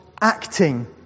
acting